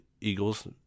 Eagles